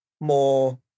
more